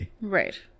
Right